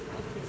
okay